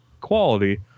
quality